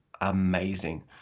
amazing